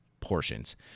portions